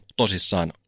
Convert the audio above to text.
tosissaan